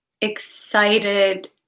excited